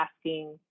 asking